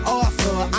author